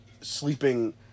sleeping